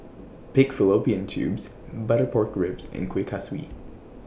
Pig Fallopian Tubes Butter Pork Ribs and Kuih Kaswi